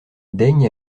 daigne